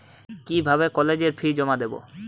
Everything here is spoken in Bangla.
কিভাবে কলেজের ফি জমা দেবো?